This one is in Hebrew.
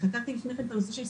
חקרתי לפני כן את הנושא של סמים,